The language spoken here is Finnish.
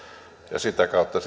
ja sitä kautta